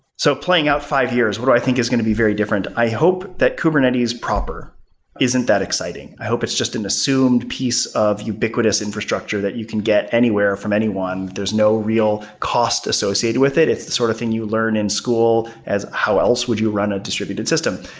so playing out five years, what do i think is going to be very different? i hope that kubernetes proper isn't that exciting. i hope it's just an assumed piece of ubiquitous infrastructure that you can get anywhere from anyone. there's no real cost associated with it. it's the sort of thing you learn in school as how else would you run a distributed system.